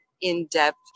in-depth